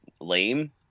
lame